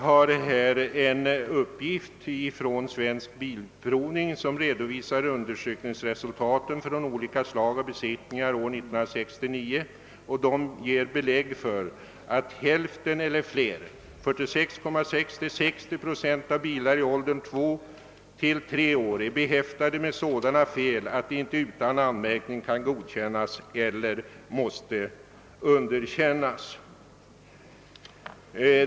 Jag har en uppgift här från Svensk bilprovning som redovisar resultaten av olika slag av besiktningar under år 1969. Dessa resultat ger belägg för att hälften eller fler av bilar som är två eller tre år gamla — siffrorna varierar mellan 46,6 och 60 procent — är behäftade med sådana fel att de inte utan anmärkning kan godkännas eller måste underkännas.